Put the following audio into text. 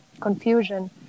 confusion